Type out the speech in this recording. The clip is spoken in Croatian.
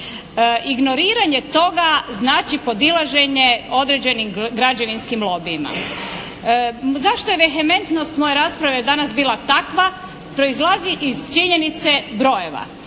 Ignoriranje toga znači podilaženje određenim građevinskim lobijima. Zašto je vehementnost moje rasprave bila takva proizlazi iz činjenice brojeva.